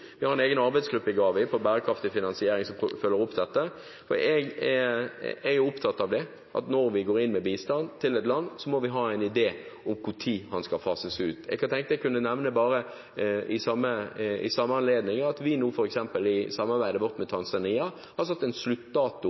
Vi har en egen arbeidsgruppe i GAVI for bærekraftig finansiering som følger opp dette. Jeg er opptatt av at når vi går inn med bistand til et land, må vi ha en idé om når den skal fases ut. Jeg tenkte bare jeg kunne nevne i samme anledning at vi f.eks. i samarbeidet vårt med Tanzania nå har satt en sluttdato,